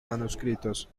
manuscritos